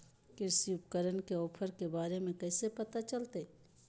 कृषि उपकरण के ऑफर के बारे में कैसे पता चलतय?